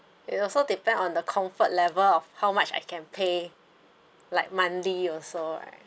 it also depends on the comfort level of how much I can pay like monthly also right